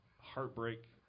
heartbreak